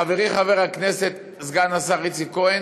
חברי חבר הכנסת, סגן השר איציק כהן,